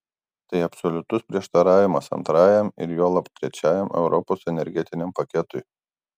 tai absoliutus prieštaravimas antrajam ir juolab trečiajam europos energetiniam paketui